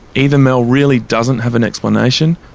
either mel really doesn't have an explanation,